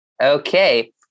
Okay